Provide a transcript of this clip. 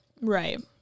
right